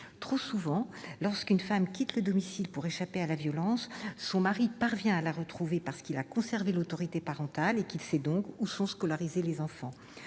Trop souvent, lorsqu'une femme quitte le domicile pour échapper à la violence, son mari parvient à la retrouver parce qu'il a conservé l'autorité parentale et qu'il sait donc où sont scolarisés les enfants.